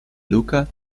lucca